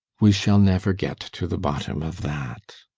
we shall never get to the bottom of that.